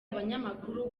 abanyamakuru